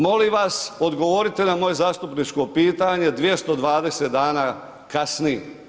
Molim vas odgovorite na moje zastupničko pitanje, 220 dana kasni.